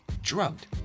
Drugged